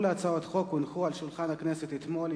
כל הצעות החוק הונחו על שולחן הכנסת אתמול,